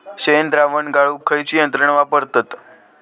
शेणद्रावण गाळूक खयची यंत्रणा वापरतत?